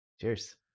cheers